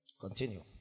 continue